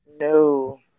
No